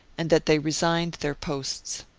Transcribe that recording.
and that they resigned their posts.